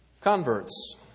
converts